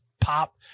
pop